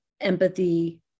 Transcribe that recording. empathy